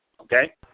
okay